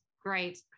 great